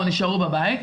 או נשארו בבית,